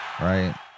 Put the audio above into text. right